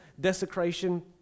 desecration